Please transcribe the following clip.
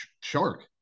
Shark